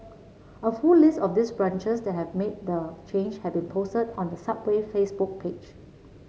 a full list of these branches that have made the change has been posted on the Subway Facebook page